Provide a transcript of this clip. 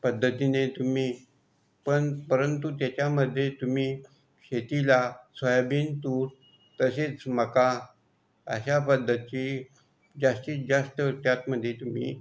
पद्धतीने तुम्ही पण परंतु त्याच्यामध्ये तुम्ही शेतीला सोयाबीन तूर तसेच मका अशा पद्धतची जास्तीत जास्त त्यातमध्ये तुम्ही